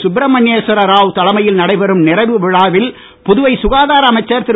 சுப்ரமணியேஸ்வர ராவ் தலைமையில் நடைபெறும் நிறைவு விழாவில் புதுவை சுகாதார அமைச்சர் திரு